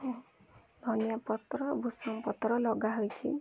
ଧନିଆ ପତ୍ର ଭୃସଙ୍ଗ ପତ୍ର ଲଗା ହୋଇଛି